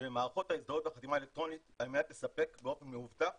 ומערכות ההזדהות בחתימה אלקטרונית על מנת לספק באופן מאובטח